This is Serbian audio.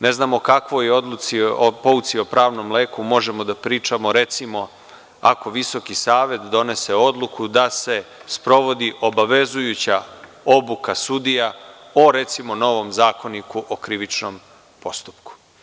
Ne znamo o kakvoj pouci o pravnom leku možemo da pričamo, recimo ako VSS donese odluku da se sprovodi obavezujuća obuka sudija o recimo novom zakoniku o krivičnom postupku.